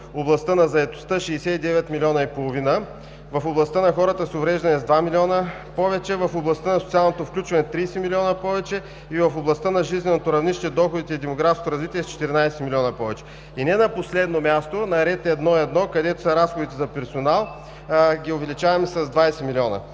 областта на заетостта – 69,5 милиона; в областта на хората с увреждания – с 2 милиона повече; в областта на социалното включване – 30 милиона повече; в областта на жизненото равнище, доходите и демографското развитие – с 14 милиона повече, и не на последно място, на ред 1.1., където са разходите за персонал, ги увеличаваме с 20 милиона.